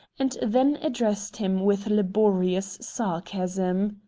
and then addressed him with laborious sarcasm.